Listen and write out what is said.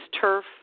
turf